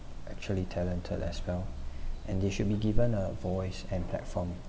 actually talented as well and they should be given a voice and platform